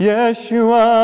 Yeshua